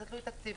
זה תלוי בתקציב.